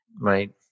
Right